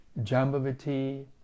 Jambavati